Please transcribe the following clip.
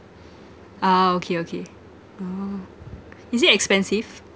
ah okay okay oh is it expensive